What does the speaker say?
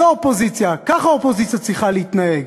זו אופוזיציה, ככה אופוזיציה צריכה להתנהג.